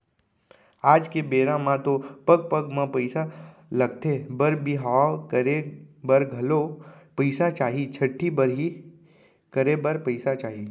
आज के बेरा म तो पग पग म पइसा लगथे बर बिहाव करे बर घलौ पइसा चाही, छठ्ठी बरही करे बर पइसा चाही